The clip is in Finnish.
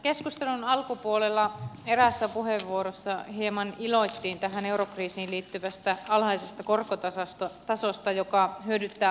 keskustelun alkupuolella eräässä puheenvuorossa hieman iloittiin tähän eurokriisiin liittyvästä alhaisesta korkotasosta joka hyödyttää asuntovelallisia